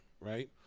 Right